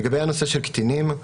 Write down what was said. לגבי הנושא של קטינים,